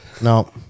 No